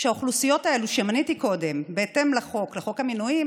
שהאוכלוסיות האלה שמניתי קודם בהתאם לחוק המינויים,